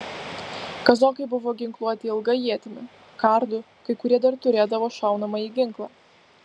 kazokai buvo ginkluoti ilga ietimi kardu kai kurie dar turėdavo šaunamąjį ginklą